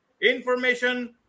information